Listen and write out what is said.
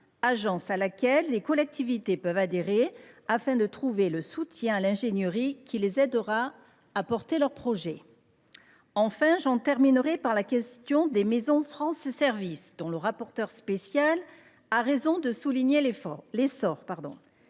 agence à laquelle les collectivités peuvent adhérer, afin de trouver le soutien à l’ingénierie qui les aidera à porter leurs projets. J’en arrive à la question des maisons France Services, dont le rapporteur spécial a raison de souligner l’essor.